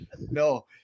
no